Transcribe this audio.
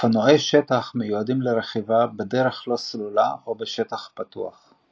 אופנועי שטח מיועדים לרכיבה בדרך לא סלולה או בשטח פתוח.